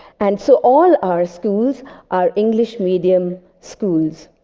and so all our schools are english medium schools.